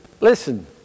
listen